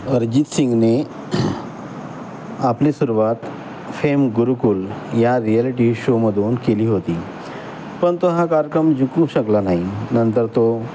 अरजीत सिंगने आपली सुरुवात फेम गुरुकुल या रियाॅलिटी शोमधून केली होती पण तो हा कार्यक्रम जिंकू शकला नाही नंतर तो